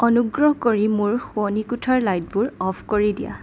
অনুগ্ৰহ কৰি মোৰ শোৱনি কোঠাৰ লাইটবোৰ অফ কৰি দিয়া